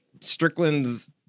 strickland's